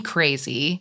Crazy